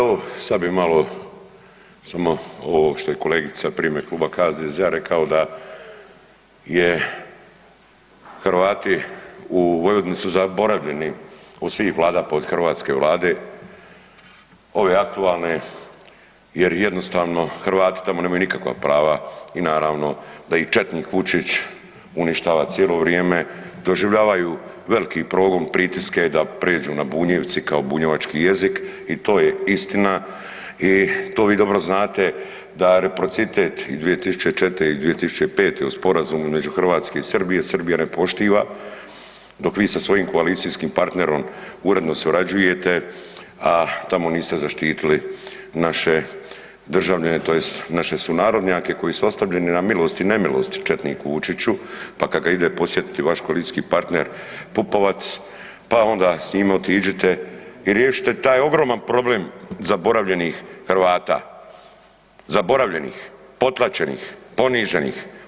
Evo, sad bi malo samo ovo što je kolegica ... kluba HDZ-a rekao da je Hrvati u Vojvodini su zaboravljeni od svih Vlada od hrvatske Vlade, ove aktualne, jer jednostavno Hrvati tako nemaju nikakva prava i naravno, da ih četnik Vučić uništava cijelo vrijeme, doživljavaju veliki progon, pritiske da pređu na Bunjevce kao bunjevački jezik i to je istina i to vi dobro znate, da reciprocitet i 2004. i 2005. u sporazumu između Hrvatske i Srbije, Srbija ne poštiva dok vi sa svojim koalicijskim partnerom uredno surađujete, a tamo niste zaštitili naše državljane, tj. sunarodnjake koji su ostavljeno na milost i nemilost četničku Vučiću pa kad ga ide posjetiti vaš koalicijski partner Pupovac, pa onda s njim otiđite i riješite taj ogroman problem zaboravljenih Hrvata, zaboravljeni, potlačeni, poniženih.